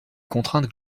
contraintes